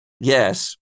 yes